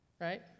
Right